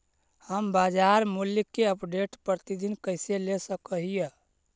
हम बाजार मूल्य के अपडेट, प्रतिदिन कैसे ले सक हिय?